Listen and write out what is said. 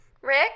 Rick